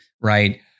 right